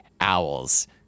owls